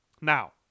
Now